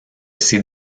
ses